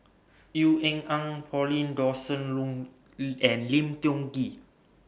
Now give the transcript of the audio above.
Ean Ang Pauline Dawn Sin Loh and Lim Tiong Ghee